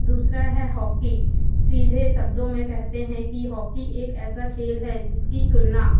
दूसरा है हॉकी सीधे शब्दों में कहते हैं कि हॉकी एक ऐसा खेल है जिसकी तुलना